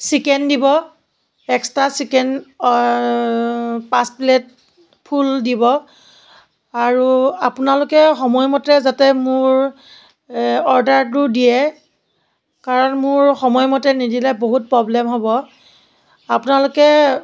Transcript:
chicken দিব extra chicken পাঁচ plate full দিব আৰু আপোনালোকে সময়মতে যাতে মোৰ অৰ্ডাৰটো দিয়ে কাৰণ মোৰ সময়মতে নিদিলে বহুত প্ৰব্লেম হ'ব আপোনালোকে